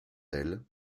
elle